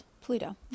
Pluto